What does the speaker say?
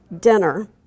dinner